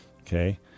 okay